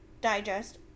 digest